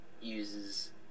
uses